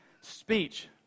speech